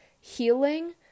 healing